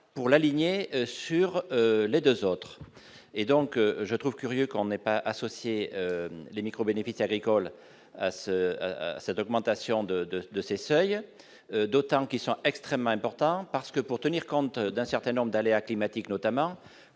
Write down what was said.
pour l'aligner sur les 2 autres, et donc je trouve curieux qu'on ait pas associer les micros bénéfices agricoles ce cette augmentation de 2 de ces seuils, d'autant qu'ils sont extrêmement importants, parce que pour tenir compte d'un certain nombre d'aléas climatiques, notamment